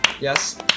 Yes